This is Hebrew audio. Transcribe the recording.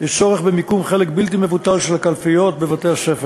יש צורך במיקום חלק בלתי מבוטל של הקלפיות בבתי-ספר.